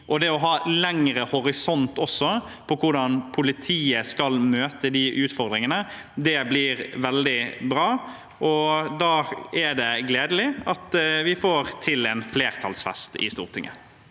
i. Det å ha en lengre horisont når det gjelder hvordan politiet skal møte de utfordringene, blir veldig bra. Da er det gledelig at vi får til en flertallsfest i Stortinget.